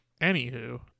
Anywho